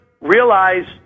realize